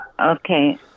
Okay